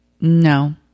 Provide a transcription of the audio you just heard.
No